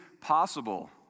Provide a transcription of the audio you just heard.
possible